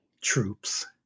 troops